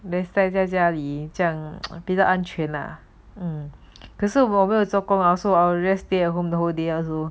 then 待在家里 chiang mai 别的 unchained M 可是我没有做工 also our race stay at home the whole day also